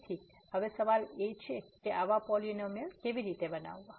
તેથી હવે સવાલ એ છે કે આવા પોલીનોમીઅલ કેવી રીતે બનાવવા